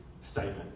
statement